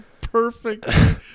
perfect